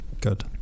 good